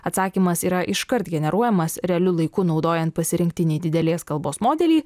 atsakymas yra iškart generuojamas realiu laiku naudojant pasirinktinį didelės kalbos modelį